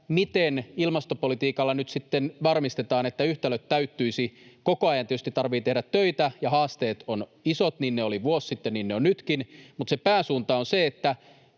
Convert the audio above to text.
miten ilmastopolitiikalla nyt sitten varmistetaan, että yhtälöt täyttyisivät. Koko ajan tietysti tarvitsee tehdä töitä, ja haasteet ovat isot — niin ne olivat vuosi sitten, niin ne ovat nytkin — mutta se pääsuunta on se,